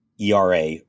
ERA